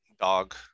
Dog